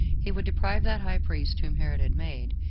he would deprive that high priest whom herod had made,